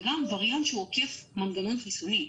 וגם ווריאנט שעוקף מנגנון חיסוני,